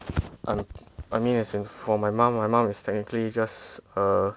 err I mean as in for my mum my mum is technically just a